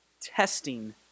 testing